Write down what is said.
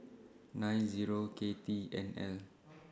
nine Zero K T N L